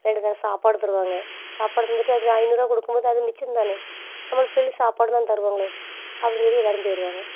ரெண்டு நாள் சாப்பாடு தருவாங்க சாப்பாடு தந்துவிட்டு அதுவும் ஐந்நூறுரூவா கொடுக்கும் போது அதுவும் மிச்சம்தானே நம்மளுக்கு வேண்டிய சாப்பாடு தான் தருவாங்களே அப்படின்னு சொல்லி எல்லோரும் போயிடுவாங்க